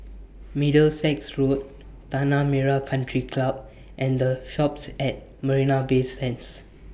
Middlesex Road Tanah Merah Country Club and The Shoppes At Marina Bay Sands